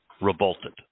revolted